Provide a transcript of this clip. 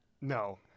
No